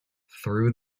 through